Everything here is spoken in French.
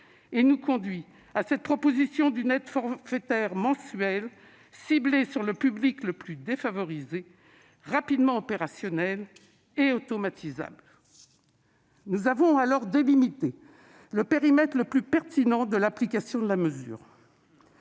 qui nous conduit à formuler cette proposition d'une aide forfaitaire mensuelle, ciblée sur le public le plus défavorisé, rapidement opérationnelle et automatisable. Nous avons alors délimité le périmètre le plus pertinent d'application de la mesure.